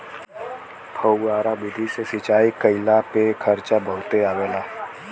फौआरा विधि से सिंचाई कइले पे खर्चा बहुते आवला